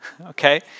okay